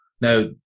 Now